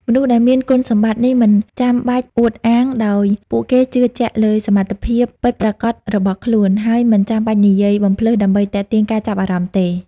មនុស្សដែលមានគុណសម្បត្តិ នេះមិនចាំបាច់អួតអាងដោយពួកគេជឿជាក់លើសមត្ថភាពពិតប្រាកដរបស់ខ្លួន ហើយមិនចាំបាច់និយាយបំផ្លើសដើម្បីទាក់ទាញការចាប់អារម្មណ៍ទេ។